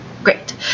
Great